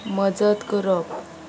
मजत करप